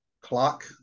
clock